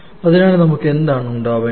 അതിനാൽ നമുക്ക് എന്താണ് ഉണ്ടാവേണ്ടത്